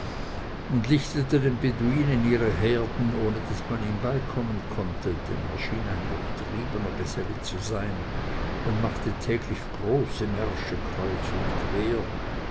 und lichtete den beduinen ihre herden ohne daß man ihm beikommen konnte denn er schien ein durchtriebener geselle zu sein und machte täglich große märsche kreuz und quer